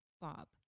Bob